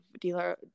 dealer